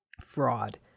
fraud